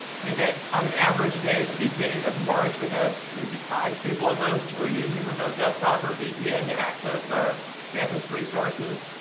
i think that on an average day at the beginning of march, we had maybe five people at most who were using remote desktop or vpn to access our campus resources.